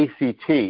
ACT